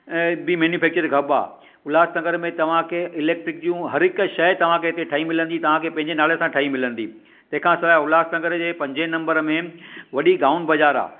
बि manufacturing hub आहे उल्हासनगर में तव्हांखे इलेक्ट्रिक जूं हर हिकु शइ तव्हांखे हिते ठाई मिलंदी तव्हांखे पंहिंजे नाले सां ठही मिलंदी तंहिंखा सवाइ उल्हासनगर जे पंजे नंबर में वॾी गाउन बाज़ारि आहे